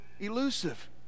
elusive